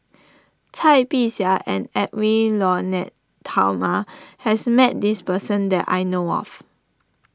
Cai Bixia and Edwy Lyonet Talma has met this person that I know of